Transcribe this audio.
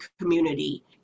community